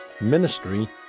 ministry